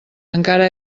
encara